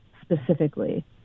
specifically